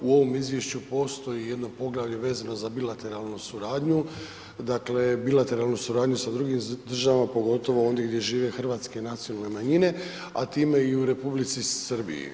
U ovom izvješću postoji jedno poglavlje vezano za bilateralnu suradnju, dakle bilateralnu suradnju sa drugim država pogotovo ondje gdje žive hrvatske nacionalne manjine a time i u Republici Srbiji.